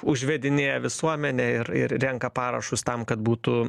užvedinėja visuomenę ir ir renka parašus tam kad būtų